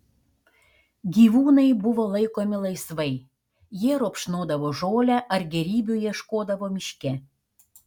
gyvūnai buvo laikomi laisvai jie rupšnodavo žolę ar gėrybių ieškodavo miške